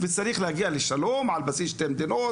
וצריך להגיע לשלום על בסיס שתי מדינות.